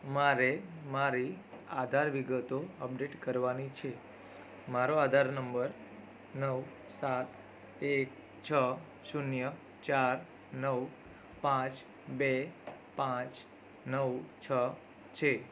મારે મારી આધાર વિગતો અપડેટ કરવાની છે મારો આધાર નંબર નવ સાત એક છ શૂન્ય ચાર નવ પાંચ બે પાંચ નવ છ છે